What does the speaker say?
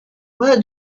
where